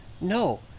no